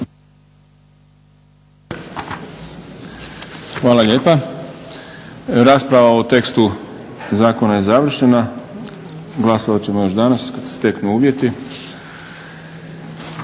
Hvala lijepa. Rasprava o tekstu zakona je završena. Glasovat ćemo još danas kad se steknu uvjeti.